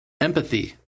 empathy